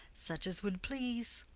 such as would please.